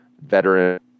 veteran